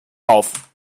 auf